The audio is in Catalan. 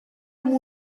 amb